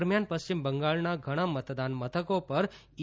દરમ્યાન પશ્ચિમ બંગાળના ઘણા મતદાન મથકો પર ઇ